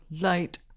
light